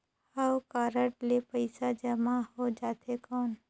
हव कारड ले पइसा जमा हो जाथे कौन?